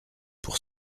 pour